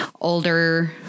older